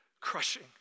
crushing